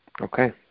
Okay